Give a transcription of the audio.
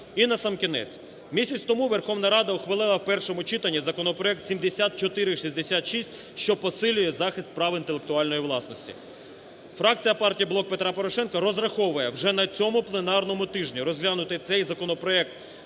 І насамкінець. Місяць тому Верховна Рада ухвалила в першому читанні законопроект 7466, що посилює захист прав інтелектуальної власності. Фракція партії "Блок Петра Порошенка" розраховує вже на цьому пленарному тижні розглянути цей законопроект